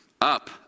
Up